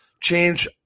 change –